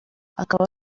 akaba